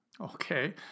Okay